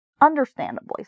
Understandably